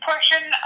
portion